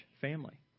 family